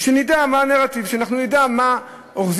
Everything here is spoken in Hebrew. שנדע מה הנרטיב, שאנחנו נדע מה אוחזים,